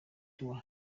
tower